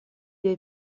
dei